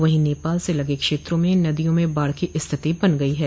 वहीं नेपाल से लगे क्षेत्रों में नदियों में बाढ़ की स्थिति बन गई है